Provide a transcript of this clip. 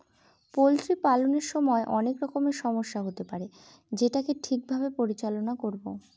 poultry পালনের সময় অনেক রকমের সমস্যা হতে পারে যেটাকে ঠিক ভাবে পরিচালনা করবো